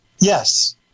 Yes